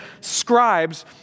scribes